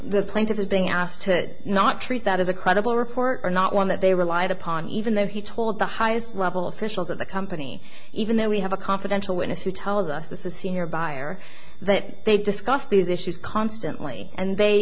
being asked to not treat that as a credible report or not one that they relied upon even though he told the highest level officials at the company even though we have a confidential witness who tells us this is senior buyer that they discuss these issues constantly and they